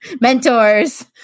Mentors